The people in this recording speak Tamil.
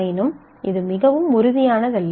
ஆயினும் இது மிகவும் உறுதியானதல்ல